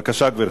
בבקשה, גברתי.